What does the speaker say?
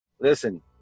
Listen